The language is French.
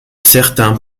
certains